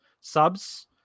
subs